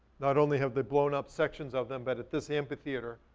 not only have they blown up sections of them, but at this amphitheater,